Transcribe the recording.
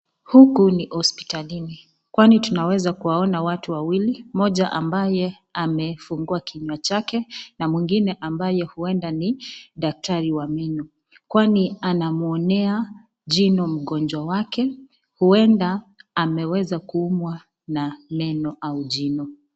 Huku ni hospitalini kwani tanaweza kuona watu wawili moja ambaye amefungua kinywa chake na mwingine ambaye uenda ni daktari wa meno kwani anamwonea jino mgonjwa wake uenda ameweza kuumwa na meno au jino.